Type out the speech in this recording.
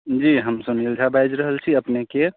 जी हम सुनिल झा बाजि रहल छी अपने केँ